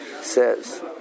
says